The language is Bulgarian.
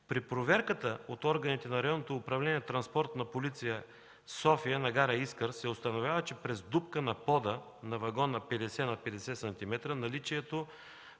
При проверката от органите на Районно управление „Транспортна полиция” – София, на гара Искър се установява през дупка на пода на вагона 50 на 50 см наличието